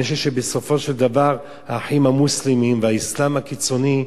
אני חושב שבסופו של דבר "האחים המוסלמים" והאסלאם הקיצוני,